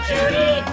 Judy